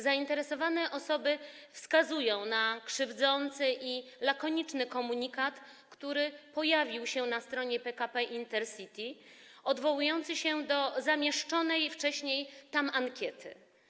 Zainteresowane osoby wskazują na krzywdzący i lakoniczny komunikat, który pojawił się na stronie PKP Intercity, odwołujący się do zamieszczonej tam wcześniej ankiety.